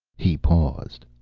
he paused.